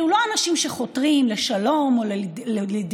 אלה לא אנשים שחותרים לשלום או לדיאלוג,